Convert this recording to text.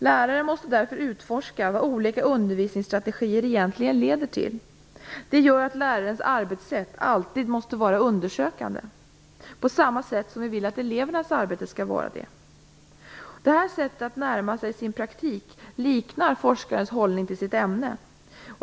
Läraren måste därför utforska vad olika undervisningsstrategier egentligen leder till. Det gör att lärarens arbetssätt alltid måste vara undersökande, på samma sätt som vi vill att elevernas arbete skall vara det. Detta sätt att närma sig sin praktik liknar forskarens hållning till sitt ämne.